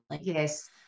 Yes